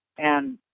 and,